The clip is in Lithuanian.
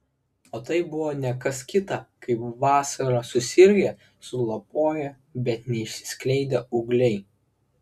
o tai buvo ne kas kita kaip vasarą susirgę sulapoję bet neišsiskleidę ūgliai